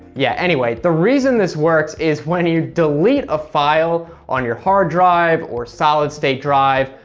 yeah anyway, the reason this works is when you delete a file on your hard drive, or solid state drive,